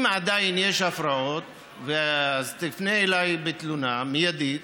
אם עדיין יש הפרעות, תפנה אליי בתלונה מיידית,